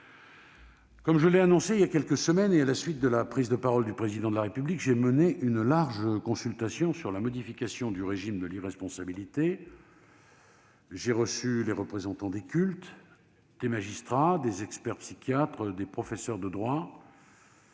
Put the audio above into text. Comme je l'ai annoncé voilà quelques semaines, j'ai mené à la suite de la prise de parole du Président de la République une large consultation sur la modification du régime de l'irresponsabilité pénale. J'ai reçu les représentants des cultes, des magistrats, des experts psychiatres, des professeurs de droit.